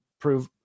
prove